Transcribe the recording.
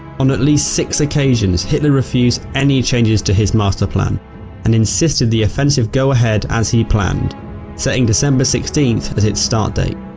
on at least six occasions hitler refused any changes to his master plan and insisted the offensive go ahead as he planned setting december sixteenth as its start date